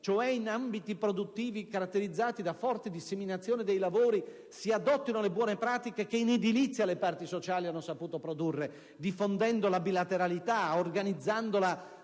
cioè in ambiti produttivi caratterizzati da forte disseminazione dei lavori, si adottino le buone pratiche che in edilizia le parti sociali hanno saputo produrre, diffondendo la bilateralità e organizzandola